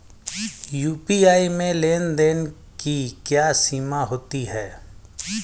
UPI में लेन देन की क्या सीमा होती है?